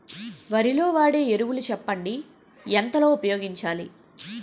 వరిలో వాడే ఎరువులు చెప్పండి? ఎంత లో ఉపయోగించాలీ?